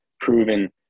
proven